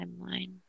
timeline